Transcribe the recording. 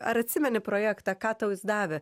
ar atsimeni projektą ką tau jis davė